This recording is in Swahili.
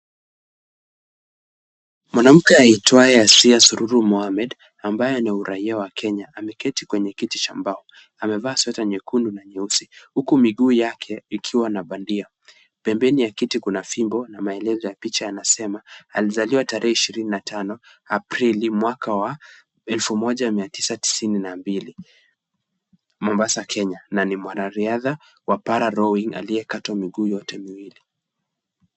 Mwanamke aitwaye Asiya Sururu Mohamed ambaye ana uraia wa Kenya, ameketi kwenye kiti cha mbao. Amevaa sweater nyekundu na nyeusi huku miguu yake ikiwa na bandia . Pembeni ya kiti kuna fimbo na maelezo ya picha yanasema, alizaliwa tarehe ishirini na tano, Aprili, mwaka wa elfu moja mia tisa tisini na mbili , Mombasa Kenya na ni mwanariadha wa Para rowing aliyekatwa miguu yote miwili.